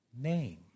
name